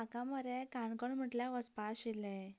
काका म्हाका मरे काणकोण म्हटल्यार वचपा आशिल्लें